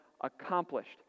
accomplished